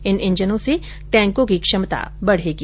इन इंजनों से टैंको की क्षमता बढ़ेगी